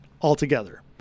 altogether